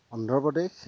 Andhra Pradesh